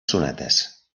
sonates